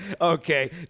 Okay